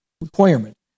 requirement